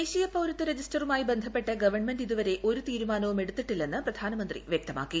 ദേശീയ പൌരത്വ രജിസ്റ്ററുമായി ബന്ധപ്പെട്ട് ഗവൺമെന്റ് ഇതുവരെ ഒരു തീരുമാനവും എടുത്തിട്ടില്ലെന്നും പ്രധാനമന്ത്രി വ്യക്തമാക്കി